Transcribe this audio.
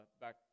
back